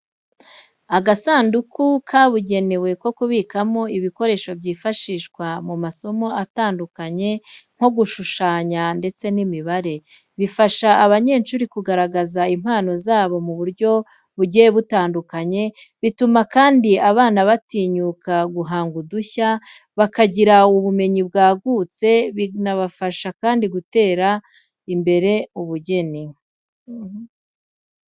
Agasanduku kabugenewe ko kubikamo ibikoresho byifashishwa mu masomo atandukanye nko gushushanya ndetse n'imibare. Bifasha abanyeshuri kugaragaza impano zabo mu buryo bugiye butandukanye, bituma kandi abana batinyuka guhanga udushya, bakagira ubumenyi bwagutse, binabafasha kandi guteza imbere ubugeni.